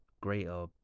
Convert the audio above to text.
greater